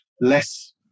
less